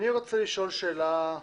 אני רוצה לשאול שאלה.